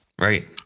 right